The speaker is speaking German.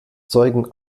zeugen